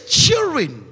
children